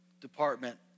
department